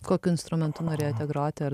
kokiu instrumentu norėjote groti ar